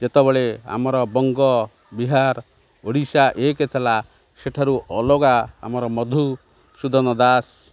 ଯେତେବେଳେ ଆମର ବଙ୍ଗ ବିହାର ଓଡ଼ିଶା ଏକ ଥିଲା ସେଠାରୁ ଅଲଗା ଆମର ମଧୁସୁଧନ ଦାସ